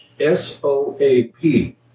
S-O-A-P